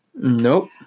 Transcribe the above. Nope